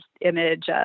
image